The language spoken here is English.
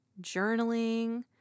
journaling